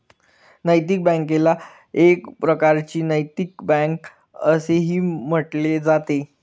नैतिक बँकेला एक प्रकारची नैतिक बँक असेही म्हटले जाते